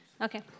Okay